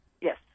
Yes